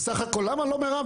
למה לא מירב?